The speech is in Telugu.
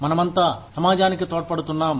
మనమంతా సమాజానికి తోడుపడుతున్నాం